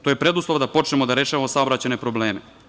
To je preduslov da počnemo da rešavamo saobraćajne probleme.